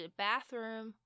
bathroom